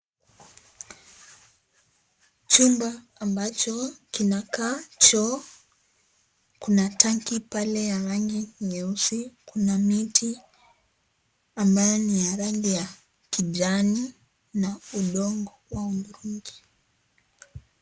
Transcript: Chumba ambacho kinakaa choo. Kuna tanki pale ya rangi nyeusi, kuna miti ambayo ni ya rangi ya kijani na udongo wa udhurungi.